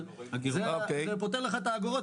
אבל זה פותר לך את האגורות,